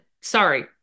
Sorry